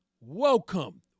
welcome